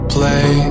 Play